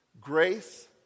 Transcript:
grace